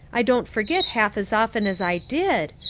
i don't forget half as often as i did.